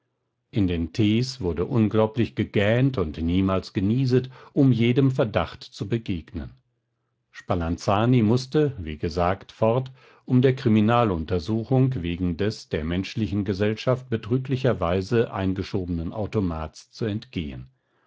in den tees wurde unglaublich gegähnt und niemals genieset um jedem verdacht zu begegnen spalanzani mußte wie gesagt fort um der kriminaluntersuchung wegen der menschlichen gesellschaft betrüglicherweise eingeschobenen automats zu entgehen